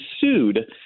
sued